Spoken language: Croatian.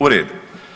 U redu.